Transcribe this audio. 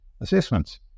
assessments